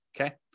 okay